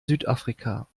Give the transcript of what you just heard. südafrika